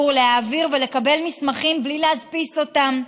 להעביר ולקבל מסמכים בלי להדפיס אותם,